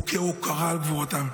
וכהוקרה על גבורתם.